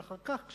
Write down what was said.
אבל אחר כך,